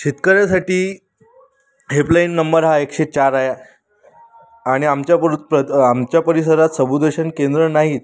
शेतकऱ्यासाठी helpline number हा एकशे चार आहे आणि आमच्या पुढ आमच्या परिसरात समुदेशन केंद्र नाहीत